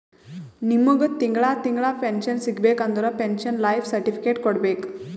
ನಿಮ್ಮಗ್ ತಿಂಗಳಾ ತಿಂಗಳಾ ಪೆನ್ಶನ್ ಸಿಗಬೇಕ ಅಂದುರ್ ಪೆನ್ಶನ್ ಲೈಫ್ ಸರ್ಟಿಫಿಕೇಟ್ ಕೊಡ್ಬೇಕ್